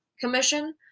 commission